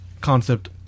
concept